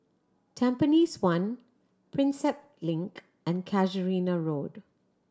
Tampines One Prinsep Link and Casuarina Road